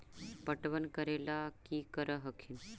पटबन करे ला की कर हखिन?